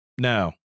No